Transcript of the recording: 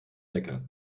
wecker